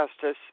justice